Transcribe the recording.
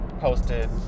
posted